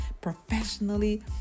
professionally